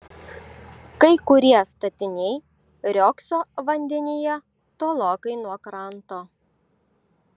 kai kurie statiniai riogso vandenyje tolokai nuo kranto